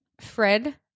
Fred